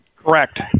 Correct